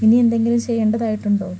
ഇനി എന്തെങ്കിലും ചെയ്യേണ്ടതായിട്ടുണ്ടോ